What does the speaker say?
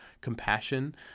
compassion